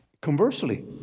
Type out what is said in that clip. Conversely